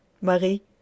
Marie